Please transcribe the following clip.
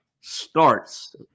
starts